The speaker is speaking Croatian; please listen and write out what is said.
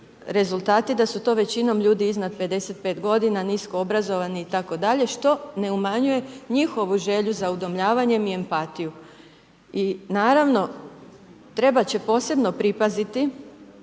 rezultati, da su to većinom ljudi iznad 55 godina, nisko obrazovani itd. što ne umanjuje njihovu želju za udomljavanjem i empatiju. I naravno, trebat će posebno pripaziti